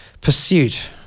pursuit